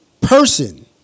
person